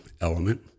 element